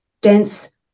dense